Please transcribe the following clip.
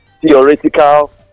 theoretical